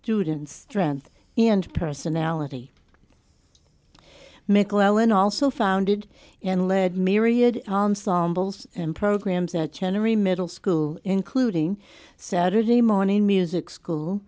student's strength and personality mcclellan also founded and led myriad in programs that generally middle school including saturday morning music school